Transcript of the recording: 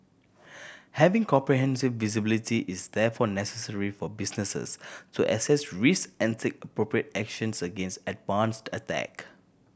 having comprehensive visibility is therefore necessary for businesses to assess risk and take appropriate actions against advanced attack